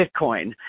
Bitcoin